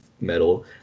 metal